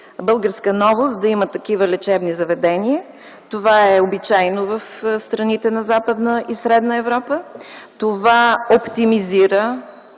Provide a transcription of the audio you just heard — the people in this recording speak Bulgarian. българска новост да има такива лечебни заведения. Това е обичайно в страните на Западна и Средна Европа, това оптимизира